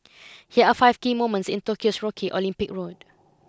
here are five key moments in Tokyo's Rocky Olympic Road